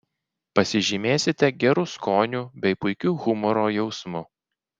pasižymėsite geru skoniu bei puikiu humoro jausmu